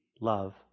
love